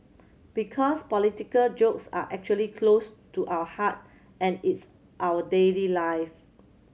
because political jokes are actually close to our heart and it's our daily life